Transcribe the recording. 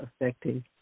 affecting